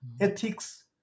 ethics